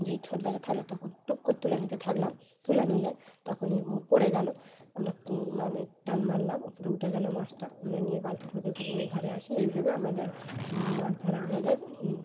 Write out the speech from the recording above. যেই ছোটটাতে থাকলো তখন টুক করে তুলে নিতে থাকলাম তুলে নিলে তখনই পড়ে গেল আমরা মানে টান মারলাম ওপরে উঠে গেলো মাছটা আমরা নিয়ে বালতির ভেতর করে নিয়ে ঘরে আসি এইভাবে আমাদের মাছ ধরা আমাদের